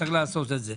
צריך לעשות זאת.